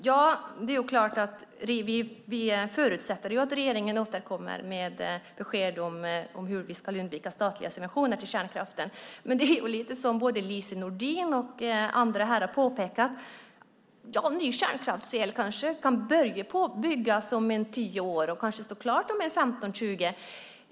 Fru talman! Vi förutsätter att regeringen återkommer med besked om hur vi ska undvika statliga subventioner till kärnkraften. Både Lise Nordin och andra här har påpekat att ny kärnkraftsel kan börja byggas om ungefär tio år och kan stå klart om 15-20 år.